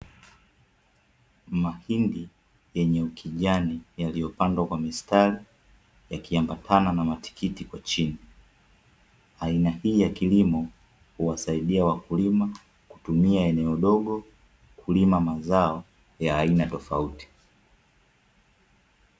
Mahindi yenye ukijani yaliyopandwa kwa mistari yakiambatana na matikiti kwa chini, aina hii ya kilimo huwasaidia wakulima kutumia eneo dogo kulima mazao ya aina tofauti.